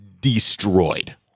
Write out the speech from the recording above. destroyed